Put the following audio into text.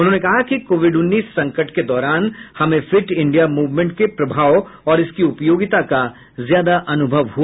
उन्होंने कहा कि कोविड उन्नीस संकट के दौरान हमें फिट इंडिया मूवमेंट के प्रभाव और इसकी उपयोगिता का ज्यादा अनुभव हुआ